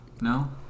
No